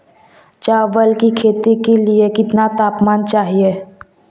चावल की खेती के लिए कितना तापमान चाहिए?